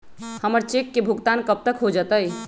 हमर चेक के भुगतान कब तक हो जतई